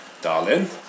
darling